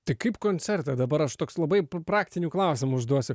tai kaip koncerte dabar aš toks labai praktinių klausimų užduosiu